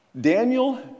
Daniel